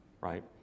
right